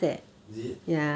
is it